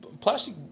plastic